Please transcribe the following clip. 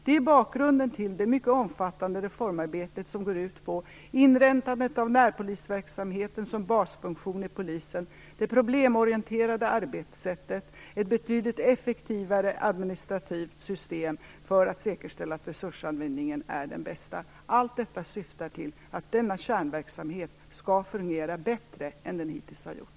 Det är bakgrunden till det mycket omfattande reformarbete som går ut på inrättandet av närpolisverksamheten som basfunktion hos Polisen, det problemorienterade arbetssättet och ett betydligt effektivare administrativt system för att säkerställa att resursanvändningen är den bästa. Allt detta syftar till att denna kärnverksamhet skall fungera bättre än den hittills har gjort.